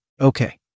Okay